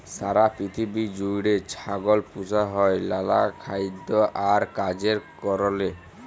সারা পিথিবী জুইড়ে ছাগল পুসা হ্যয় লালা খাইদ্য আর কাজের কারলে